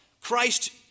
Christ